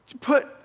Put